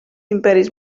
imperis